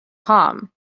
palm